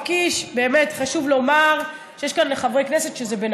זה על חשבון הזמן שלך.